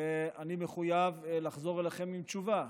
ואני מחויב לחזור אליכם עם תשובה.